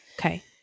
Okay